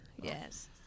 Yes